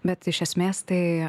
bet iš esmės tai